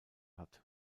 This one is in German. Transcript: hat